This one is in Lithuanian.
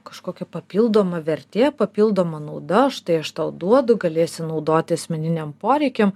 kažkokia papildoma vertė papildoma nauda štai aš tau duodu galėsi naudoti asmeniniam poreikiam